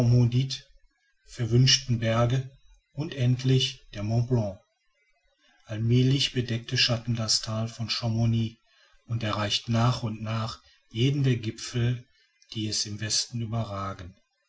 und endlich der mont blanc allmälig bedeckt schatten das thal von chamouni und erreicht nach und nach jeden der gipfel die es im westen überragen